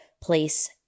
Place